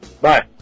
Bye